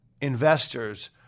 investors